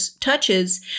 touches